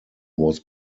was